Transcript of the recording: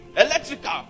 electrical